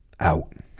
out